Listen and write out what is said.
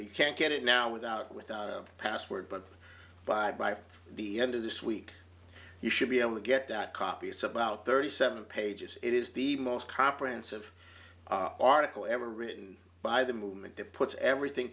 you can't get it now without without a password but by the end of this week you should be able to get that copy it's about thirty seven pages it is the most comprehensive article ever written by the movement that puts everything